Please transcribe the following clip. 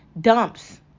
dumps